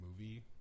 movie